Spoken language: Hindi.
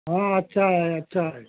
हाँ अच्छा है अच्छा है